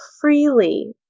freely